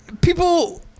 people